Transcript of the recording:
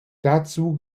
dazu